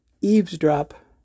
eavesdrop